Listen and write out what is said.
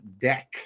deck